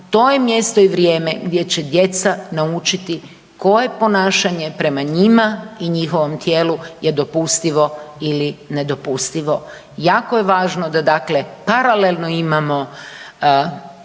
To je mjesto i vrijeme gdje će djeca naučiti koje ponašanje prema njima i njihovom tijelu je dopustivo ili nedopustivo. Jako je važno, da dakle paralelno imamo